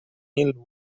mil